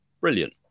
Brilliant